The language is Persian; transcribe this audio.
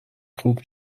خوب